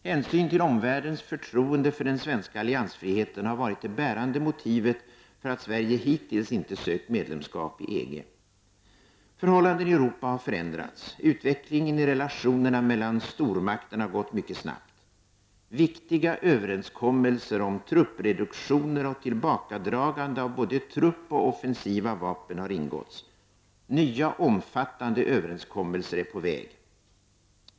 Hänsyn till omvärldens förtroende för den svenska alliansfriheten har varit det bärande motivet för att Sverige hittills inte sökt medlemskap i EG. Förhållandena i Europa har förändrats. Utvecklingen av relationerna mellan stormakterna har gått mycket snabbt. Viktiga överenskommelser om truppreduktioner och tillbakadragande av såväl trupper som offensiva vapen har ingåtts. Nya omfattande överenskommelser är på väg.